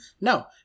No